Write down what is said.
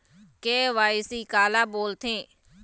KYC काला बोलथें?